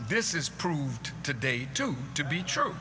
this is proved today due to be true